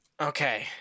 Okay